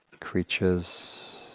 creatures